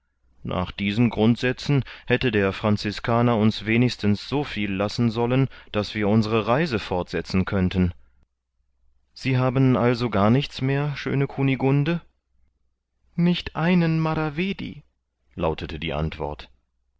nach diesen grundsätzen hätte der franziskaner uns wenigstens so viel lassen sollen daß wir unsere reise fortsetzen könnten sie haben also gar nichts mehr schöne kunigunde nicht einen maravedi lautete die antwort